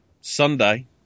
Sunday